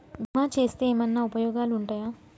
బీమా చేస్తే ఏమన్నా ఉపయోగాలు ఉంటయా?